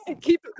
keep